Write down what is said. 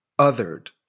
othered